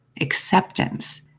Acceptance